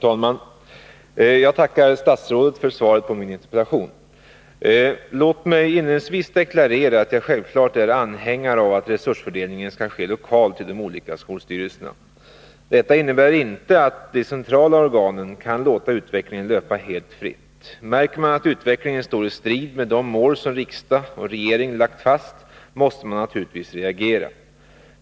Herr talman! Jag tackar statsrådet för svaret på min interpellation. Låt mig inledningsvis deklarera att jag självfallet är anhängare av att resursfördelningen skall ske lokalt i de olika skolstyrelserna. Detta innebär inte att det centrala organet kan låta utvecklingen löpa helt fritt. Märker man att utvecklingen står i strid med de mål som riksdag och regering lagt fast, måste man naturligtvis reagera.